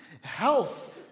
health